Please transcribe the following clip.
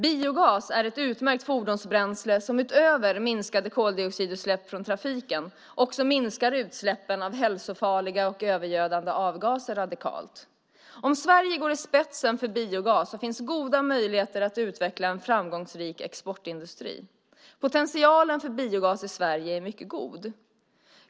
Biogas är ett utmärkt fordonsbränsle som utöver minskade koldioxidutsläpp från trafiken också minskar utsläppen av hälsofarliga och övergödande avgaser radikalt. Om Sverige går i spetsen för biogas finns goda möjligheter att utveckla en framgångsrik exportindustri. Potentialen för biogas i Sverige är mycket god.